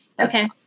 Okay